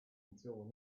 until